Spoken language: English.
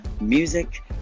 music